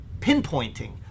pinpointing